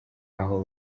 aho